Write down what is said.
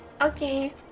Okay